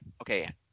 okay